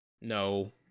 no